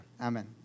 Amen